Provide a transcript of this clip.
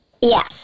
Yes